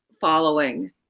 following